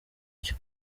cyo